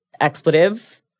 expletive